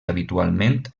habitualment